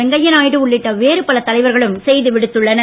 வெங்கையாநாயுடு உள்ளிட்ட வேறு பல தலைவர்களும் செய்தி விடுத்துள்ளனர்